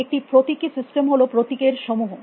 একটি প্রতীকী সিস্টেম হল প্রতীকের সমূহ